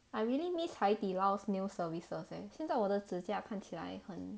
I really miss 海底捞 nail services leh 现在我的指甲看起来很